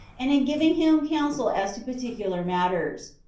and in giving him counsel as to particular matters.